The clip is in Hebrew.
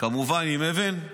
כמובן עם אבן,